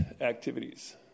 activities